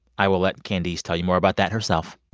i will let candice tell you more about that herself